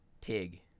Tig